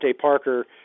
Parker